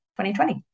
2020